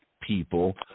people